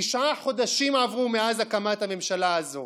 תשעה חודשים עברו מאז הקמת הממשלה הזו.